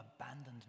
abandoned